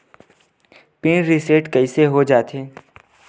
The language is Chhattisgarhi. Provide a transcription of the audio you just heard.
पिन रिसेट कइसे हो जाथे?